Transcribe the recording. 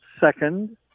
second